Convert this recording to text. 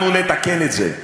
אנחנו נתקן את זה.